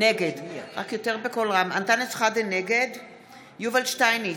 נגד יובל שטייניץ,